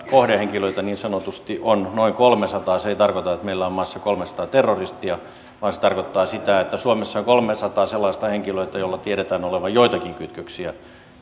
kohdehenkilöitä niin sanotusti on noin kolmesataa se ei tarkoita että meillä on maassa kolmesataa terroristia vaan se tarkoittaa sitä että suomessa on kolmesataa sellaista henkilöä joilla tiedetään olevan joitakin kytköksiä